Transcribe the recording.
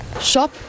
Shop